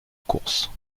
course